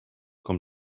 com